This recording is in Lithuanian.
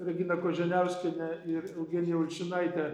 regina koženiauskienė ir eugenija ulčinaitė